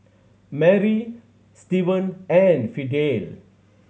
Mary Stevan and Fidel